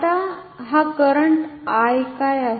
आता हा current I काय आहे